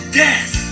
death